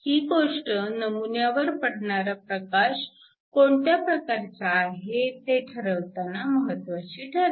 ही गोष्ट नमुन्यावर पडणारा प्रकाश कोणत्या प्रकारचा आहे ते ठरवताना महत्वाची ठरते